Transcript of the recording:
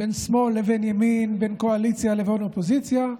בין שמאל לבין ימין, בין קואליציה לבין אופוזיציה,